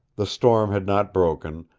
the storm had not broken,